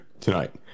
tonight